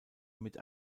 mit